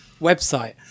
website